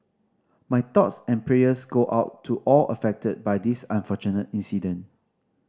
my thoughts and prayers go out to all affected by this unfortunate incident